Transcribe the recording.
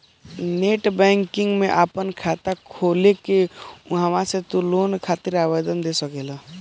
net banking में आपन खाता खोल के उहवा से तू लोन खातिर आवेदन दे सकेला